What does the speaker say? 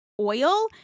oil